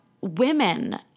women